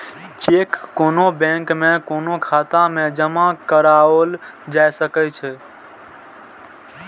cheque कोनो bank में कोनो खाता मे जमा कराओल जा सकै छै